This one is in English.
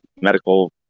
medical